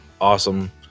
awesome